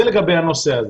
זה לגבי הנושא הזה.